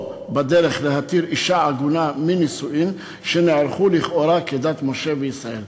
או בדרך להתיר אישה עגונה מנישואים שנערכו לכאורה כדת משה וישראל.